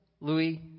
Louis